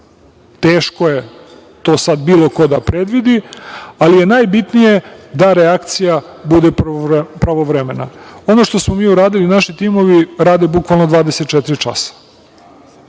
Teško je to sad bilo ko da predvidi, ali je najbitnije da reakcija bude pravovremena. Ono što smo mi uradili, naši timovi rade bukvalno 24 časa